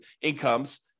incomes